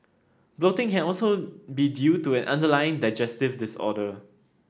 bloating can also be due to an underlying digestive disorder